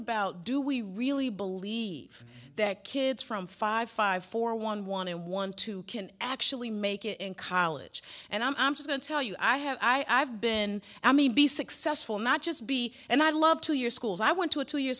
about do we really believe that kids from five five four one one and one two can actually make it in college and i'm just going to tell you i have i've been i may be successful not just be and i love to your schools i went to a two y